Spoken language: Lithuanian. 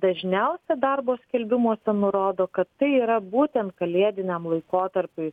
dažniausia darbo skelbimuose nurodo kad tai yra būten kalėdiniam laikotarpiui